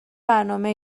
برنامه